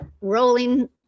rolling